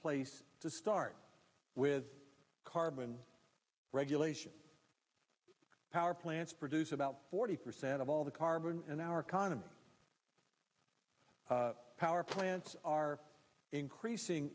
place to start with carbon regulation power plants produce about forty percent of all the carbon in our economy power plants are increasing